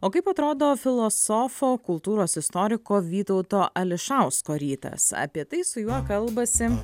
o kaip atrodo filosofo kultūros istoriko vytauto ališausko rytas apie tai su juo kalbasi